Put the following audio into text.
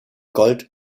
gold